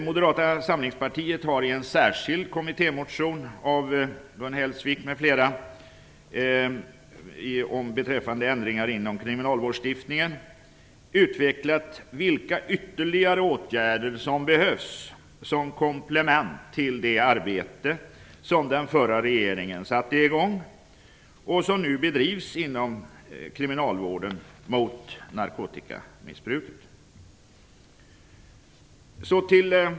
Moderata samlingspartiet har i en särskild kommittémotion av Gun Hellsvik m.fl. beträffande ändringar inom kriminalvårdslagstiftningen utvecklat vilka ytterligare åtgärder som behövs som komplement till det arbete som den förra regeringen satte i gång och som nu bedrivs inom kriminalvården mot narkotikamissbruket.